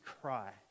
cry